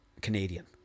canadian